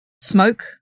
smoke